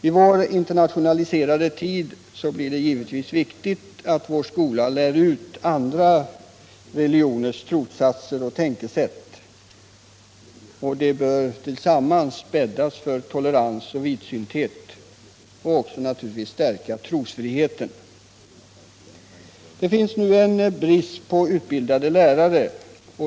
I vår internationaliserade tid är det givetvis viktigt att skolan lär ut andra religioners trossatser och tänkesätt. Det bör bädda för tolerans och vidsynthet och stärka trosfriheten. Det råder f. n. brist på utbildade lärare.